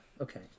okay